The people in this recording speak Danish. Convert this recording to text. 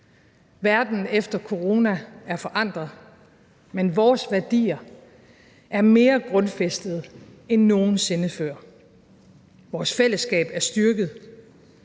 Verden efter corona er forandret, men vores værdier er mere grundfæstet end nogen sinde før. Vores fællesskab er styrket.